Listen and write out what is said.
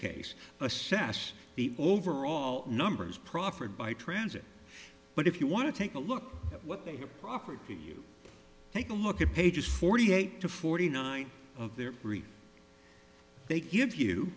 case assess the overall numbers proffered by transit but if you want to take a look at what they offered to you take a look at pages forty eight to forty nine of their brief they give you